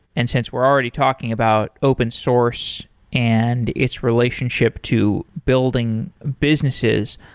and since we're already talking about open source and its relationship to building businesses,